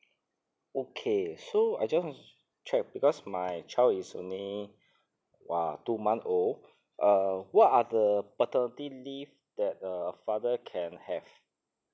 okay so I just want to check because my child is only !wah! two months old uh what are the paternity leave that uh father can have